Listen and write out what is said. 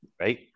right